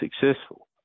successful